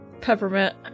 Peppermint